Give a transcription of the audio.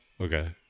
Okay